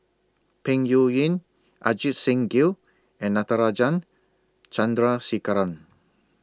Peng Yuyun Ajit Singh Gill and Natarajan Chandrasekaran